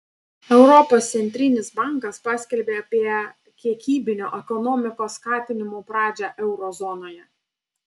europos centrinis bankas paskelbė apie kiekybinio ekonomikos skatinimo pradžią euro zonoje